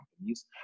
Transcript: companies